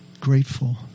grateful